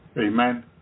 Amen